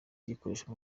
gikoreshwa